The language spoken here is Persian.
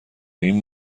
این